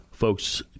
folks